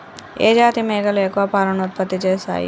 ఏ జాతి మేకలు ఎక్కువ పాలను ఉత్పత్తి చేస్తయ్?